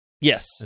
Yes